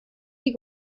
die